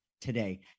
today